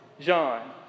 John